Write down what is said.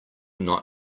not